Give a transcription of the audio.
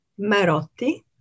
Marotti